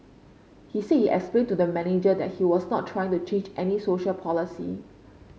he said he explained to the manager that he was not trying to change any social policy